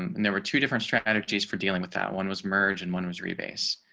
um and there were two different strategies for dealing with that one was merged and one was re base.